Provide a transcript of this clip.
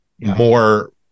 more